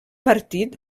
partit